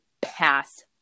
pass